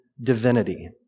divinity